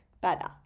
better